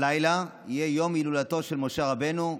הלילה יהיה יום הולדתו של משה רבנו,